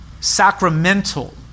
sacramental